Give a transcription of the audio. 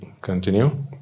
continue